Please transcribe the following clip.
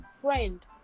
friend